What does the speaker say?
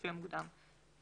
לפי המוקדם.